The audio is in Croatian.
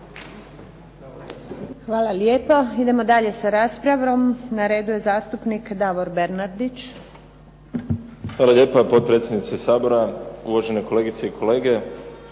Hvala lijepo. Idemo dalje sa raspravom. Na redu je zastupnik Davor Bernardić. **Bernardić, Davor (SDP)** Hvala lijepa. Potpredsjednice Sabora, uvažene kolegice i kolege.